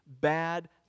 bad